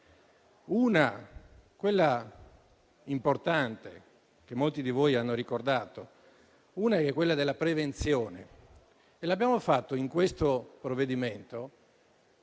una, quella importante che molti di voi hanno ricordato, è la prevenzione. L'abbiamo fatto in questo provvedimento